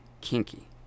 kinky